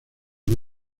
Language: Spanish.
que